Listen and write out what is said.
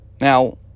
Now